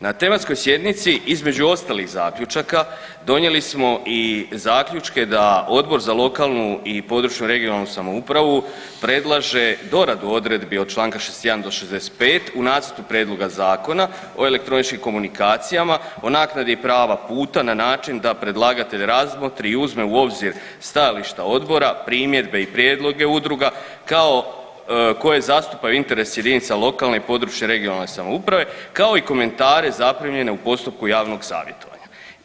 Na tematskoj sjednici između ostalih zaključaka donijeli smo i zaključne da Odbor za lokalnu i područnu (regionalnu) samoupravu predlaže doradu odredbi od čl. 61. do 65. u Nacrtu prijedloga zakona o elektroničkim komunikacijama o naknadi prava puta na način da predlagatelj razmotri i uzme u obzir stajališta odbora, primjedbe i prijedloge udruga kao koje zastupa interese jedinica lokalne i područne (regionalne) samouprave kao i komentare zaprimljene u postupku javnog savjetovanja.